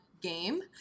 game